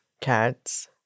cats